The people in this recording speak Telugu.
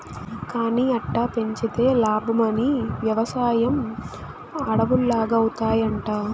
కానీ అట్టా పెంచితే లాబ్మని, వెవసాయం అడవుల్లాగౌతాయంట